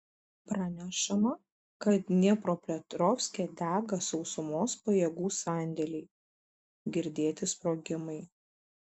pranešama kad dniepropetrovske dega sausumos pajėgų sandėliai girdėti sprogimai